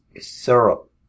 Syrup